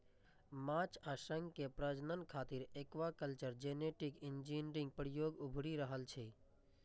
माछ आ शंख के प्रजनन खातिर एक्वाकल्चर जेनेटिक इंजीनियरिंग के प्रयोग उभरि रहल छै